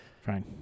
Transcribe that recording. Fine